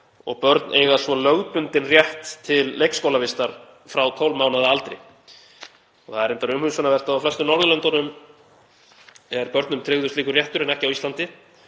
og börn eiga svo lögbundinn rétt til leikskólavistar frá 12 mánaða aldri. Það er reyndar umhugsunarvert að á flestum Norðurlöndunum er börnum tryggður slíkur réttur en ekki á Íslandi.